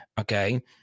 Okay